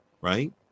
right